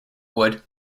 wood